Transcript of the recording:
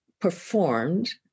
performed